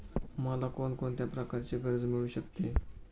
मला कोण कोणत्या प्रकारचे कर्ज मिळू शकते?